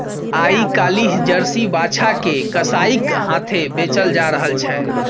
आइ काल्हि जर्सी बाछा के कसाइक हाथेँ बेचल जा रहल छै